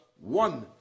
one